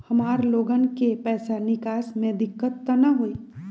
हमार लोगन के पैसा निकास में दिक्कत त न होई?